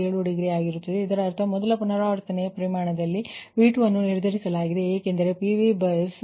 807 degree ಆಗಿರುತ್ತದೆ ಇದರರ್ಥ ಮೊದಲ ಪುನರಾವರ್ತನೆಯ ಪರಿಮಾಣದಲ್ಲಿ ಈ V2 ಅನ್ನು ನಿರ್ಧರಿಸಲಾಗಿದೆ ಏಕೆಂದರೆ ಅದು PV ಬಸ್